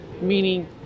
meaning